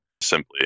simply